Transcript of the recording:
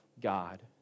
God